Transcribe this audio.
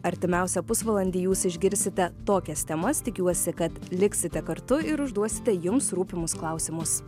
artimiausią pusvalandį jūs išgirsite tokias temas tikiuosi kad liksite kartu ir užduosite jums rūpimus klausimus